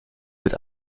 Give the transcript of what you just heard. wird